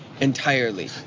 entirely